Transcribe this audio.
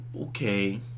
okay